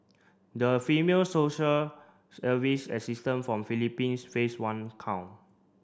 the female social service assistant from Philippines face one count